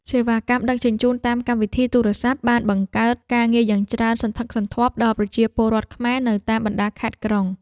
សេវាកម្មដឹកជញ្ជូនតាមកម្មវិធីទូរស័ព្ទបានបង្កើតការងារយ៉ាងច្រើនសន្ធឹកសន្ធាប់ដល់ប្រជាពលរដ្ឋខ្មែរនៅតាមបណ្ដាខេត្តក្រុង។